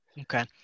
Okay